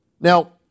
Now